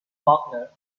faulkner